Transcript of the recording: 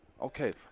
Okay